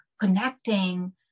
connecting